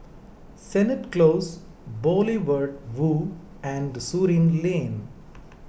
Sennett Close Boulevard Vue and Surin Lane